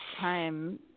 time